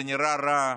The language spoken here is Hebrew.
זה נראה רע,